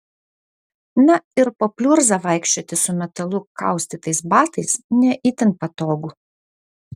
na ir po pliurzą vaikščioti su metalu kaustytais batais ne itin patogu